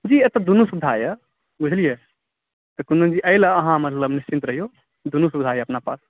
जी एतय दुनू सुविधा यए बुझलियै कोनो एहिलेल अहाँ निश्चिन्त रहियौ दुनू सुविधा यए अपना पास